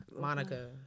Monica